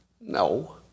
No